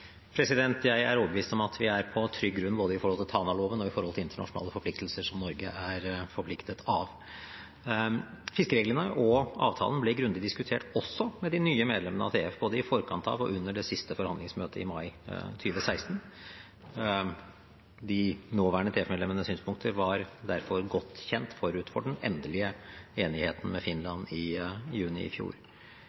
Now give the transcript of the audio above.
Jeg er overbevist om at vi er på trygg grunn, både i forhold til Tanaloven og i forhold til internasjonale forpliktelser som Norge er forpliktet av. Fiskereglene og avtalen ble grundig diskutert også med de nye medlemmene av TF, både i forkant av og under det siste forhandlingsmøtet, i mai 2016. De nåværende TF-medlemmenes synspunkter var derfor godt kjent forut for den endelige enigheten med